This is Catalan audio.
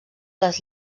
les